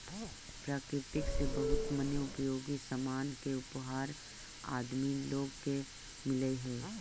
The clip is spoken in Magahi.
प्रकृति से बहुत मनी उपयोगी सामान के उपहार आदमी लोग के मिलऽ हई